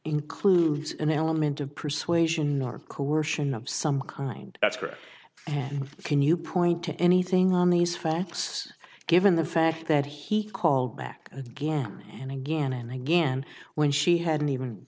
includes an element of persuasion or coercion of some kind that's where can you point to anything on these facts given the fact that he called back again and again and again when she hadn't even